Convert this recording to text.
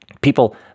People